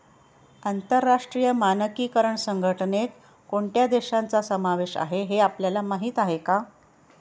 आंतरराष्ट्रीय मानकीकरण संघटनेत कोणत्या देशांचा समावेश आहे हे आपल्याला माहीत आहे का?